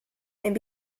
and